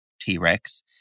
T-Rex